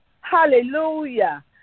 Hallelujah